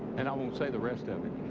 and i won't say the rest of it.